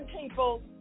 people